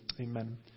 Amen